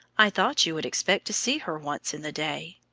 i thought you would expect to see her once in the day.